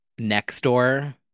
Nextdoor